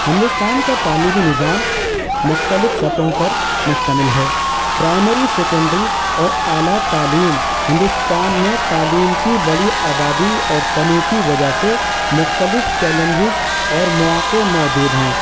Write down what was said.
ہندوستان کا تعلیمی نظام مختلف سطحوں پر مشتمل ہے پرائمری سیکنڈری اور اعلیٰ تعلیم ہندوستان میں تعلیم کی بڑی آبادی اور تنوع کی وجہ سے مختلف چیلنجز اور مواقع موجود ہیں